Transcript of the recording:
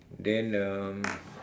then um